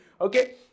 Okay